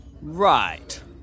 Right